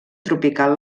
tropical